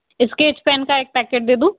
sketch pen का एक packet दे दूँ